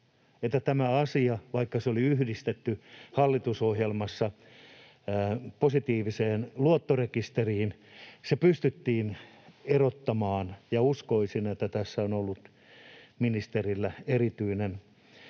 tämä asia, vaikka se oli yhdistetty hallitusohjelmassa positiiviseen luottorekisteriin, pystyttiin erottamaan. Uskoisin, että tässä on ollut ministerillä erityinen